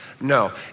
No